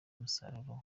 umusaruro